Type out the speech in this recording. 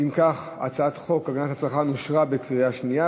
אם כך, הצעת חוק הגנת הצרכן אושרה בקריאה שנייה.